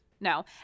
No